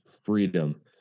freedom